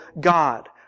God